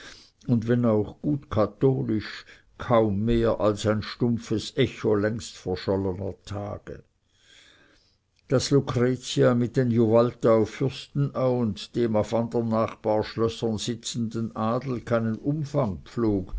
und wenn auch gut katholisch kaum mehr als ein stumpfes echo längst verschollener tage daß lucretia mit den juvalta auf fürstenau und dem auf den andern nachbarschlössern sitzenden adel keinen umgang pflog